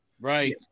Right